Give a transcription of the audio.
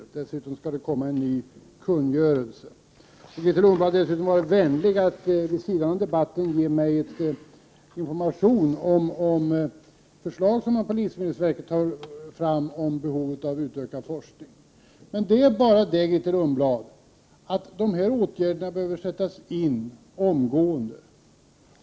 Dessutom skall det komma en ny kungörelse. Grethe Lundblad har också varit vänlig nog att vid sidan av debatten ge mig information om förslag som man på livsmedelsverket har tagit fram om behovet av utökad forskning. Men, Grethe Lundblad, dessa åtgärder behöver sättas in omgående.